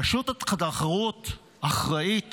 רשות התחרות אחראית